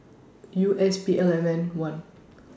U S P L M N one